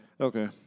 Okay